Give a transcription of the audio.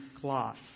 gloss